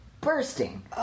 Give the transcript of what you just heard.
bursting